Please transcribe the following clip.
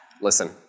Listen